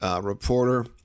reporter